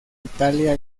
italia